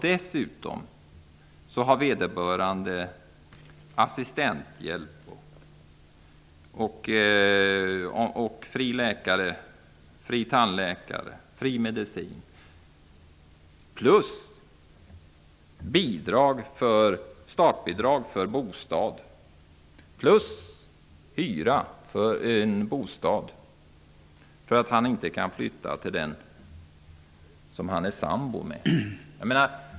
Dessutom har vederbörande assistenthjälp, fri läkarvård, fri tandvård, fri medicin, startbidrag för bostad plus hyra för en bostad eftersom han inte kan flytta till sin sambo.